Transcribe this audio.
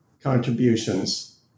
contributions